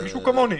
מישהו כמוני.